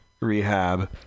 rehab